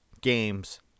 games